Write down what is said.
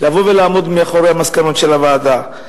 לבוא ולעמוד מאחורי המסקנות של הוועדה?